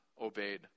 obeyed